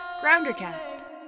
GrounderCast